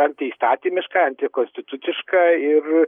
antiįstatymiška antikonstituciška ir